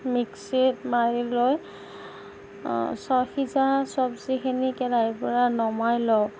মিক্সিত মাৰি লৈ সিজোৱা চব্জিখিনি কেৰাহীৰ পৰা নমাই লওঁ